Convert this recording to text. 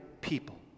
people